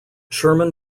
sherman